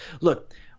Look